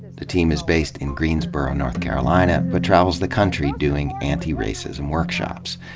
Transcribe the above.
the team is based in greensboro, north carolina, but travels the country doing anti-racism workshops.